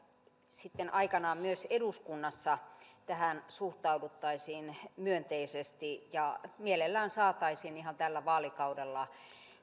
sitten aikanaan myös eduskunnassa tähän suhtauduttaisiin myönteisesti ja mielellään saataisiin ihan tällä vaalikaudella